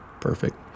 perfect